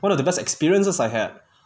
one of the best experiences I had